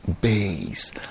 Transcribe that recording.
base